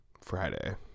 Friday